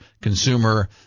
consumer